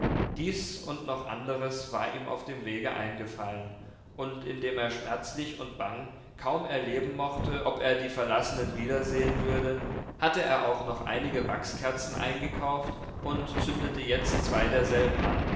dies und noch anderes war ihm auf dem wege eingefallen und indem er schmerzlich und bang kaum erleben mochte ob er die verlassenen wiedersehen würde hatte er auch noch einige wachskerzen eingekauft und zündete jetzo zwei derselben an